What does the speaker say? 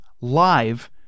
live